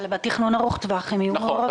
אבל בתכנון ארוך-טווח הם יהיו מעורבים.